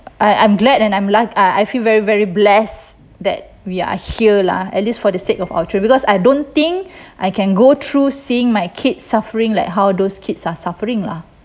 I I'm glad and I'm luc~ I I feel very very bless that we are here lah at least for the sake of our children because I don't think I can go through seeing my kids suffering like how those kids are suffering lah